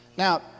Now